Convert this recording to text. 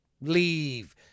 leave